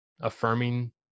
affirming